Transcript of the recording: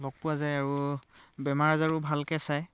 লগ পোৱা যায় আৰু বেমাৰ আজাৰো ভালকৈ চায়